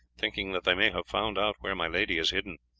thinking that they may have found out where my lady is hidden.